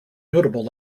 notable